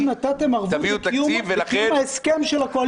אתם נתתם ערבות לקיום הסכם של הקואליציה.